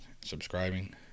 subscribing